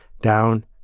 down